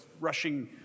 rushing